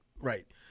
right